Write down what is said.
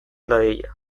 dadila